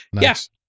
yes